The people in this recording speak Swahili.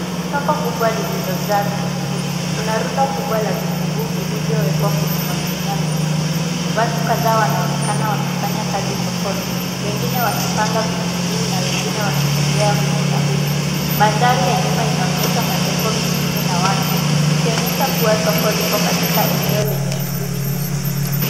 Soko kubwa lililojaa vitunguu. Kuna rundo kubwa la vitunguu vilivyowekwa kwenye magunia mekundu. Watu kadhaa wanaonekana wakifanya kazi sokoni, wengine wakipanga vitunguu na wengine wakitembea huku na huku. Mandhari ya nyuma inaonyesha majengo mengine na watu ikionyesha kuwa soko liko katika eneo lenye shughuli nyingi.